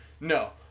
No